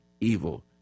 evil